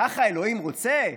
ככה אלוהים רוצה?